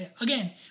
Again